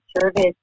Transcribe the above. Service